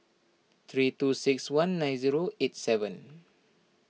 three two six one nine zero eight seven